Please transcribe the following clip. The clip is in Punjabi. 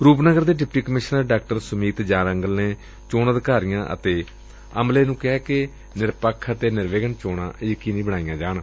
ਰੁਪਨਗਰ ਦੇ ਡਿਪਟੀ ਕਮਿਸ਼ਨਰ ਡਾ ਸੁਮੀਤ ਜਾਰੰਗਲ ਨੇ ਚੋਣ ਅਧਿਕਾਰੀਆਂ ਅਤੇ ਅਮਲੇ ਨੂੰ ਕਿਹਾ ਕਿ ਨਿਰੱਪੱਖ ਅਤੇ ਨਿਰਵਿਆਨ ਚੋਣਾ ਯਕੀਨੀ ਬਣਾਈਆਂ ਜਾਣ